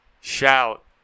Shout